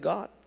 God